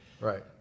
Right